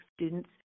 students